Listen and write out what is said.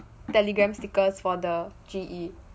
telegram stickers for the G_E